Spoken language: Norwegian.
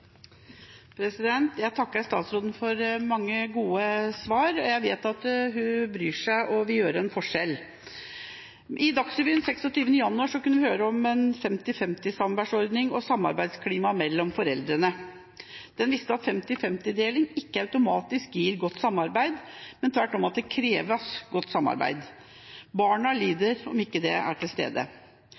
seg. Jeg takker statsråden for mange gode svar. Jeg vet at hun bryr seg og vil gjøre en forskjell. I Dagsrevyen 26. januar kunne vi høre om 50/50-samværsordning og samarbeidsklima mellom foreldrene. Den viste at 50/50-deling ikke automatisk gir godt samarbeid, men tvert om at det kreves godt samarbeid. Barna lider om ikke det er til stede.